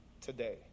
today